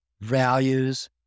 values